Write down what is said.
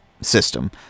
System